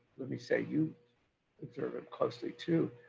let me say you observe it closely too,